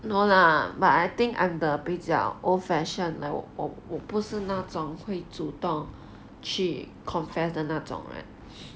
no lah but I think I'm the 比较 old fashion like 我我我不是那种会主动去 confess 的那种人